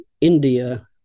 India